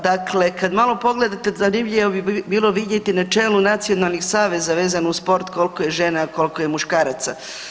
Dakle, kada malo pogledate zanimljivo bi bilo vidjeti na čelu nacionalnih saveza vezano uz sport koliko je žena, a koliko je muškaraca.